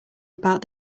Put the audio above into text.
about